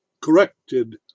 corrected